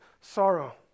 sorrow